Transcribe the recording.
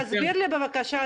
תסביר לי בבקשה,